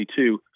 2022